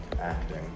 acting